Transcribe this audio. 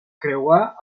creuar